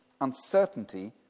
uncertainty